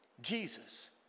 Jesus